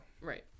Right